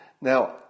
Now